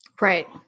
Right